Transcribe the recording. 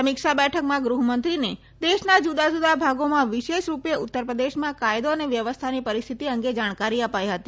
સમીક્ષા બેઠકમાં ગૃહમંત્રીને દેશના જુદા જુદા ભાગોમાં વિશેષ રૂપે ઉત્તર પ્રદેશમાં કાયદો અને વ્યવસ્થાની પરીસ્થિતિ અંગે જાણકારી અપાઇ હતી